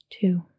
Two